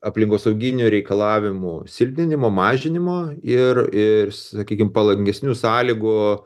aplinkosauginių reikalavimų silpninimų mažinimo ir i sakykim palangesnių sąlygų